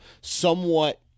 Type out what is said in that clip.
somewhat